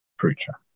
preacher